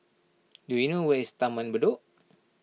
do you know where is Taman Bedok